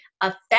affect